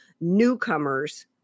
newcomers